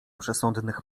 przesądnych